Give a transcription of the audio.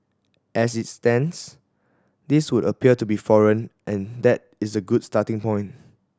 as it stands these would appear to be foreign and that is a good starting point